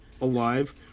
alive